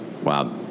Wow